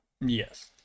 Yes